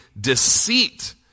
deceit